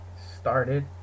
started